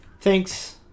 Thanks